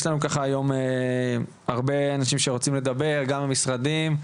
יש לנו היום הרבה אנשים שרוצים לדבר, גם המשרדים,